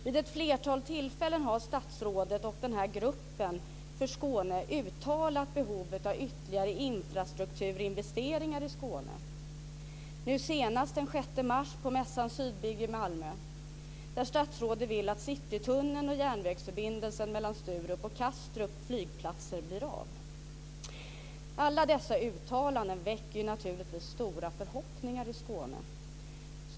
Vid ett flertal tillfällen har statsrådet och gruppen uttalat behovet av ytterligare infrastrukturinvesteringar i Skåne, nu senast den 6 mars på mässan Sydbygg i Malmö. Statsrådet vill att Citytunneln och järnvägsförbindelsen mellan Sturups och Kastrups flygplatser blir av. Alla dessa uttalanden väcker naturligtvis stora förhoppningar i Skåne.